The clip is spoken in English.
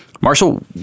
Marshall